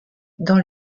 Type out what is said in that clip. dans